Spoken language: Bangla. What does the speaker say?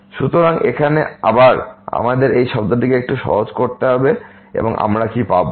সুতরাং এখন আবার আমাদের এই শব্দটিকে একটু সহজ করতে হবে এবং আমরা কী পাব